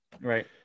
Right